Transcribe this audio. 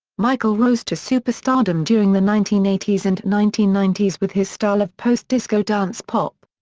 michael rose to superstardom during the nineteen eighty s and nineteen ninety s with his style of post-disco dance-pop.